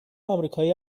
آمریکایی